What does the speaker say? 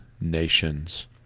nations